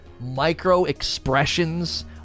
micro-expressions